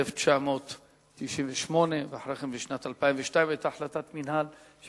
אדוני היושב-ראש, חברי חברי הכנסת, הצעת חוק זו